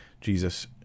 Jesus